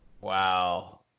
wow